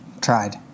tried